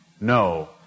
No